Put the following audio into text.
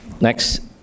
next